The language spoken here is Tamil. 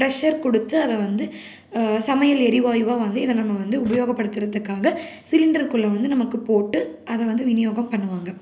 ப்ரஷர் கொடுத்து அதை வந்து சமையல் எரிவாயுவாக வந்து இதை நம்ம வந்து உபயோகப்படுத்துறத்துக்காக சிலிண்டருக்குள்ள வந்து நமக்குப் போட்டு அதை வந்து விநியோகம் பண்ணுவாங்க